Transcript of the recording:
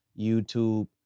YouTube